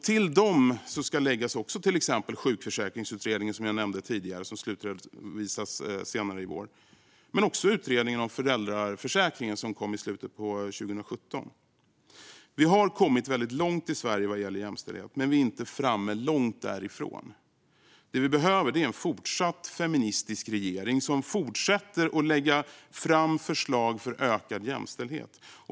Till dem ska läggas till exempel sjukförsäkringsutredningen, som jag nämnde tidigare och som ska slutredovisas senare i vår, men också utredningen om föräldraförsäkringen som kom i slutet av 2017. Vi har kommit mycket långt i Sverige vad gäller jämställdhet. Men vi är inte framme - långt därifrån. Det som vi behöver är en fortsatt feministisk regering som fortsätter att lägga fram förslag för ökad jämställdhet.